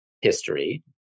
history